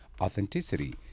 authenticity